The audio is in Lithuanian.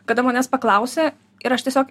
kada manęs paklausė ir aš tiesiog